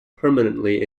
permanently